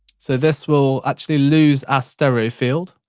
so, this will actually lose our stereo field.